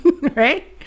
right